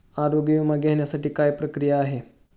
आरोग्य विमा घेण्यासाठी काय प्रक्रिया आहे?